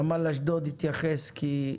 נמל אשדוד יתייחס כי הוא